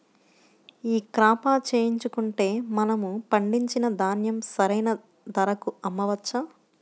ఈ క్రాప చేయించుకుంటే మనము పండించిన ధాన్యం సరైన ధరకు అమ్మవచ్చా?